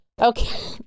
Okay